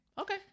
Okay